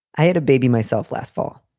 i had a baby myself last fall,